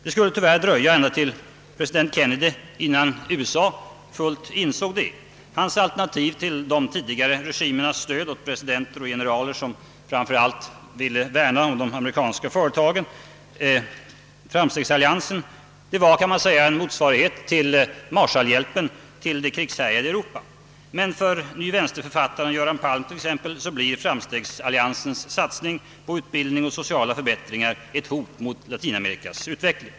Det skulle tyvärr dröja ända tills Kennedy kom till makten innan USA till fullo insåg detta. Hans alternativ till de tidigare regimernas stöd åt presidenter och generaler, som framför allt ville värna om de amerikanska företagen, var Framstegsalliansen, en motsvarighet till Marshallhjälpen till det krigshärjade Europa. Men för nyvänsterförfattaren Göran Palm t.ex. blir Framstegsalliansens satsning på utbildning och sociala förbättringar ett hot mot Latinamerikas utveckling.